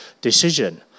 decision